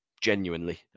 genuinely